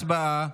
הצבעה.